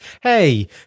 hey